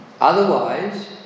Otherwise